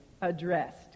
addressed